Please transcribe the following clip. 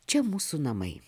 čia mūsų namai